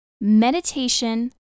meditation